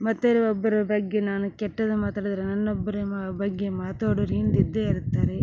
ಮತ್ತು ರ ಒಬ್ಬರ ಬಗ್ಗೆ ನಾನು ಕೆಟ್ಟದ ಮಾತಾಡಿದರೆ ನನ್ನ ಒಬ್ರ ಬಗ್ಗೆ ಮಾತಾಡೋರ ಹಿಂದೆ ಇದ್ದೇ ಇರ್ತಾರೆ